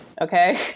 okay